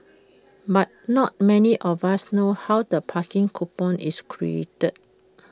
but not many of us know how the parking coupon is created